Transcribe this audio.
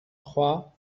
trois